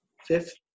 Fifth